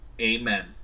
Amen